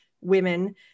women